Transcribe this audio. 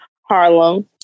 Harlem